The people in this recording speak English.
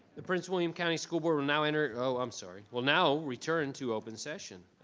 the prince william county school board will now enter, oh i'm sorry, will now return to open session.